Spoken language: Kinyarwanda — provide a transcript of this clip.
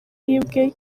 yibwe